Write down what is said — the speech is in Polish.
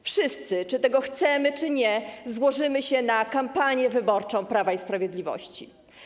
Wszyscy, czy tego chcemy, czy nie, złożymy się na kampanię wyborczą Prawa i Sprawiedliwości.